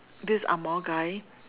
this ang-moh guy